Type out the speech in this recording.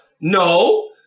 No